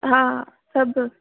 हा सभु